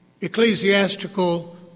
ecclesiastical